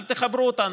אז אל תחברו אותנו,